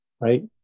right